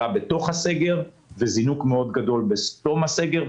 בתוך הסגר וזינוק גדול מאוד בתום הסגר,